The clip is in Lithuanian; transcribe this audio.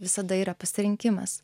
visada yra pasirinkimas